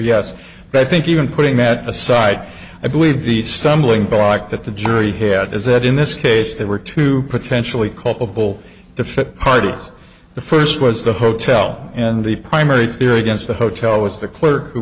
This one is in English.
yes i think even putting that aside i believe the stumbling block that the jury had is that in this case there were two potentially culpable the fifth parties the first was the hotel and the primary theory against the hotel was the clerk who